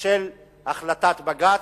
של החלטת בג"ץ.